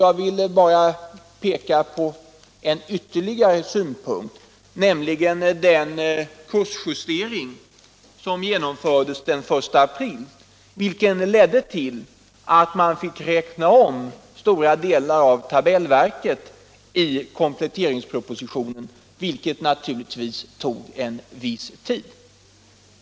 Jag vill bara peka på en ytterligare synpunkt, nämligen den kursjustering som gjordes den 1 april och som ledde till att man fick räkna om stora delar av tabellverket i kompletteringspropositionen, vilket naturligtvis tog en viss tid.